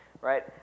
right